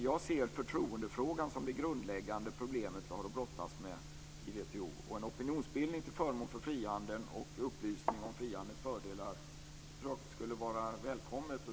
Jag ser förtroendefrågan som det grundläggande problem som vi har att brottas med i WTO. En opinionsbildning till förmån för frihandeln och upplysning om frihandelns fördelar skulle vara välkommet.